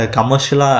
commercial